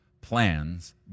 plans